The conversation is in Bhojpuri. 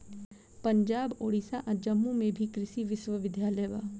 पंजाब, ओडिसा आ जम्मू में भी कृषि विश्वविद्यालय बा